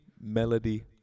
Melody